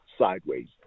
sideways